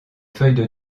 feuilles